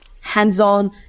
hands-on